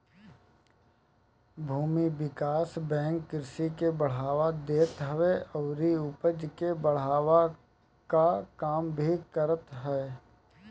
भूमि विकास बैंक कृषि के बढ़ावा देत हवे अउरी उपज के बढ़वला कअ काम भी करत हअ